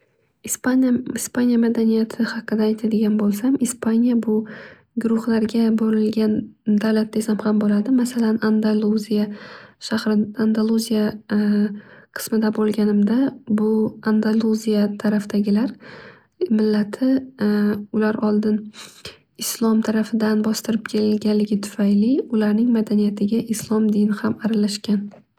Ispaniya madaniyati haqida aytadigan bo'lsam. Ispaniya bu guruhlarga bo'lingan davlat desam ham bo'ladi masalan adaluzia. Andaluzia qismida bo'lganimda bu andaluzia tarafdagilar millati ular oldin islom tarafidan bostirilib kelinganligi tufayli ularning madaniyatiga islom dini ham aralashgan.